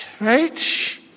right